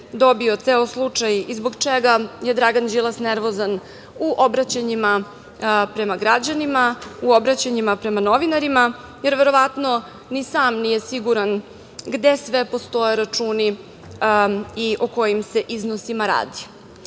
dobio ceo slučaj i zbog čega je Dragan Đilas nervozan u obraćanjima prema građanima, u obraćanjima prema novinarima, jer verovatno ni sam nije siguran gde sve postoje računi i o kojim se iznosima